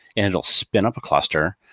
and it will spin up a cluster.